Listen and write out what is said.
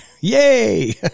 Yay